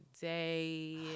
day